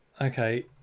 okay